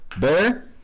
Bear